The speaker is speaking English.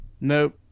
nope